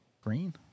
green